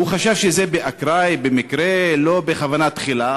הוא חשב שזה באקראי, במקרה, לא בכוונה תחילה.